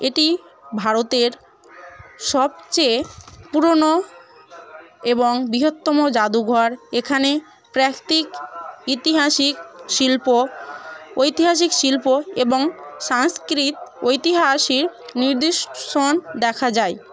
এটি ভারতের সবচেয়ে পুরনো এবং বৃহত্তম জাদুঘর এখানে প্রাকৃতিক ঐতিহাসিক শিল্প ঐতিহাসিক শিল্প এবং সাংস্কৃত ঐতিহাসিক নিদর্শন দেখা যায়